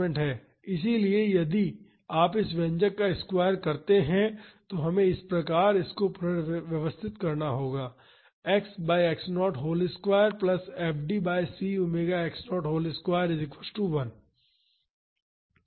इसलिए यदि आप इस व्यंजक का स्क्वायर करते हैं तो हम इसे इस प्रकार पुनर्व्यवस्थित कर सकते हैं